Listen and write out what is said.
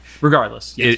regardless